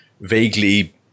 vaguely